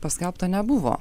paskelbta nebuvo